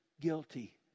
guilty